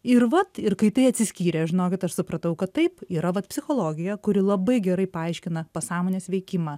ir vat ir kai tai atsiskyrė žinokit aš supratau kad taip yra vat psichologija kuri labai gerai paaiškina pasąmonės veikimą